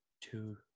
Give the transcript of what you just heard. two